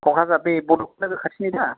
कक्राझार बे बड'फा नोगोर खाथिनिदा